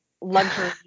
luxury